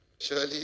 Surely